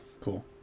Cool